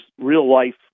real-life